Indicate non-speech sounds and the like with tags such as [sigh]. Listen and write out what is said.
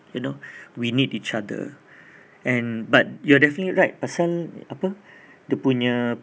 you know [breath] we need each other [breath] and but you're definitely right pasal apa dia punya